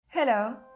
Hello